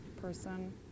person